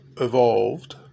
evolved